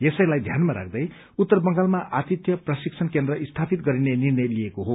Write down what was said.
यसैलाई ध्यानमा राख्दै उत्तर बंगालमा आतिथ्य प्रशिक्षण केन्द्र स्थापित गरिने निर्णय लिइएको छ